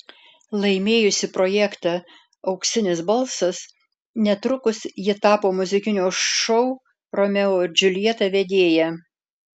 laimėjusi projektą auksinis balsas netrukus ji tapo muzikinio šou romeo ir džiuljeta vedėja